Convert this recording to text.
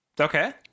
Okay